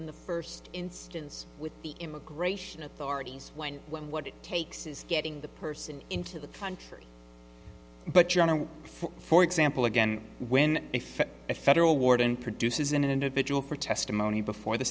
in the first instance with the immigration authorities when what it takes is getting the person into the country but general for example again when if a federal warden produces an individual for testimony before the